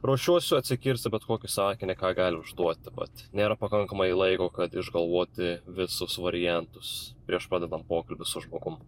ruošiuosi atsikirsti bet kokį sakinį ką gali užduoti vat nėra pakankamai laiko kad išgalvoti visus variantus prieš pradedant pokalbį su žmogum